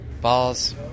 Balls